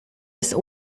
des